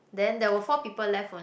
then there were four people left only